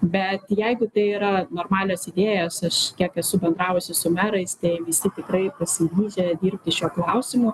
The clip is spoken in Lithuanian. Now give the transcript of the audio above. bet jeigu tai yra normalios idėjos aš kiek esu bendravusi su merais tai visi tikrai pasiryžę dirbti šiuo klausimu